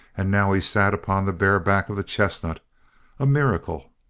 and now he sat upon the bareback of the chestnut a miracle!